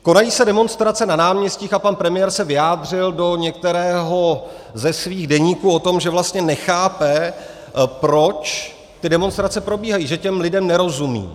Konají se demonstrace na náměstích a pan premiér se vyjádřil do některého ze svých deníků o tom, že vlastně nechápe, proč ty demonstrace probíhají, že těm lidem nerozumí.